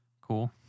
Cool